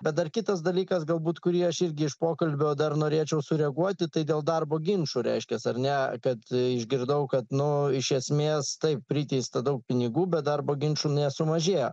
bet dar kitas dalykas galbūt kurį aš irgi iš pokalbio dar norėčiau sureaguoti tai dėl darbo ginčų reiškias ar ne kad išgirdau kad nu iš esmės tai priteista daug pinigų bet darbo ginčų nesumažėjo